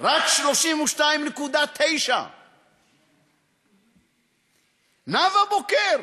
רק 32.9. נאוה בוקר,